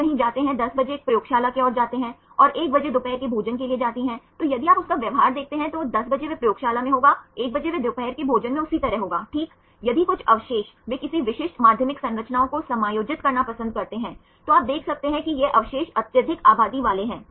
वे कहीं जाते हैं 10 बजे एक प्रयोगशाला के ओर जाते है और 1 बजे दोपहर के भोजन के लिए जाती है तो यदि आप उसका व्यवहार देखते हैं तो वह 10 बजे वह प्रयोगशाला में होगा 1 बजे वह दोपहर के भोजन में उसी तरह होगा ठीक यदि कुछ अवशेष वे किसी विशिष्ट माध्यमिक संरचनाओं को समायोजित करना पसंद करते हैं तो आप देख सकते हैं कि ये अवशेष अत्यधिक आबादी वाले हैं